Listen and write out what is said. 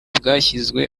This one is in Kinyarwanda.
bwashyizwe